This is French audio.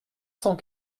cent